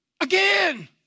again